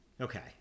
Okay